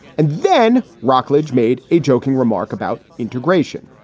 and then rockledge made a joking remark about integration.